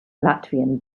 latvian